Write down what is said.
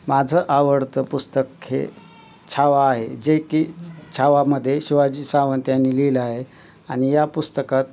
माझं आवडतं पुस्तक हे छावा आहे जे की छावामध्ये शिवाजी सावंत यांनी लिहिलं आहे आणि या पुस्तकात